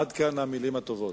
עד כאן המלים הטובות,